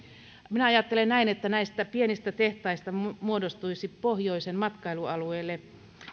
minä ajattelen näin että näistä pienistä tehtaista muodostuisi pohjoisen matkailualueelle